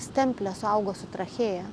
stemplė suaugo su trachėja